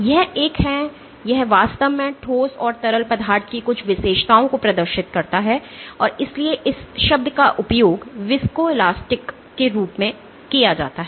यह एक है यह वास्तव में ठोस और तरल पदार्थ की कुछ विशेषताओं को प्रदर्शित करता है और इसलिए इस शब्द का उपयोग विस्कोलेस्टिक के रूप में किया जाता है